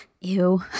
Ew